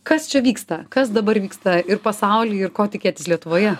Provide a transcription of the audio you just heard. kas čia vyksta kas dabar vyksta ir pasauly ir ko tikėtis lietuvoje